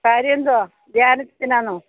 കാര്യം എന്തുവാ ധ്യാനത്തിനാന്നോ